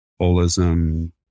holism